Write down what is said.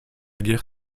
guerre